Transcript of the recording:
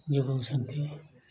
ଯୋଗଉଛନ୍ତି